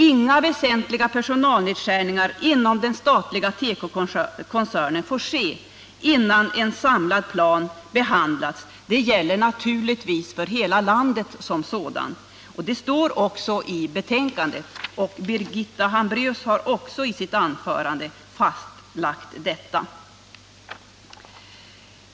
Inga väsentliga personalnedskärningar inom den statliga tekokoncernen får ske innan en samlad plan behandlats, och detta gäller naturligtvis för hela landet som sådant. Det står också i betänkandet, och även Birgitta Hambraeus har fastlagt detta i sitt anförande.